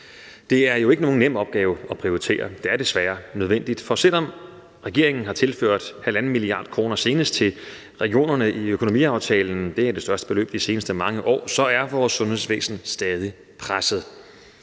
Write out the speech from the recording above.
Det er jo ikke nogen nem opgave at prioritere, men det er desværre nødvendigt. For selv om regeringen senest har tilført 1,5 mia. kr. til regionerne i økonomiaftalen – det er det største beløb de seneste mange år – så er vores sundhedsvæsen stadig presset.